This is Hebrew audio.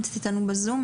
נמצאת איתנו בזום.